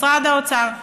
משרד האוצר.